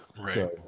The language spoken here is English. Right